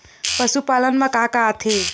पशुपालन मा का का आथे?